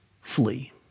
flee